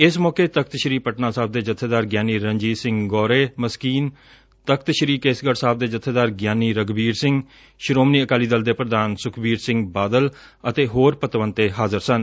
ਇਸ ਮੌਕੇ ਤਖ਼ਤ ਸ੍ਰੀ ਪਟਨਾ ਸਾਹਿਬ ਦੇ ਜੱਬੇਦਾਰ ਗਿਆਨੀ ਰਣਜੀਤ ਸਿੰਘ ਗੌਰੇ ਮਸਕੀਨ ਤਖ਼ਤ ਸ੍ਰੀ ਕੇਸਗੜ ਸਾਹਿਬ ਦੇ ਜੱਬੇਦਾਰ ਗਿਆਨੀ ਰਘਬੀਰ ਸਿੰਘ ਸ੍ਹੋਮਣੀ ਅਕਾਲੀ ਦਲ ਦੇ ਪ੍ਰਧਾਨ ਸੁਖਬੀਰ ਸਿੰਘ ਬਾਦਲ ਅਤੇ ਹੋਰ ਪਤਵੰਤੇ ਹਾਜਰ ਸਨ